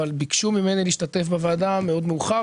אבל ביקשו ממני להשתתף בוועדה מאוד מאוחר,